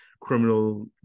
criminal